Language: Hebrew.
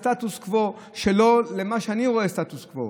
הסטטוס קוו שלו לבין מה שאני רואה כסטטוס קוו,